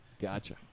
Gotcha